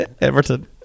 Everton